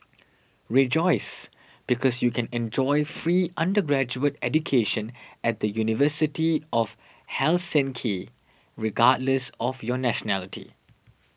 rejoice because you can enjoy free undergraduate education at the University of Helsinki regardless of your nationality